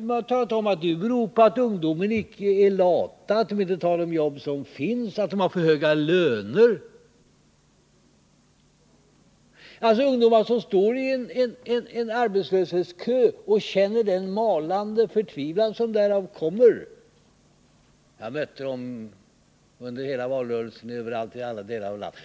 Man har talat om att den beror på att ungdomarna är lata, att de icke tar de jobb som finns och att de har för höga lönekrav. Det är alltså fråga om ungdomar som står i en arbetslöshetskö och känner den malande förtvivlan som därav kommer. Jag mötte dem överallt under hela valrörelsen, i alla delar av landet.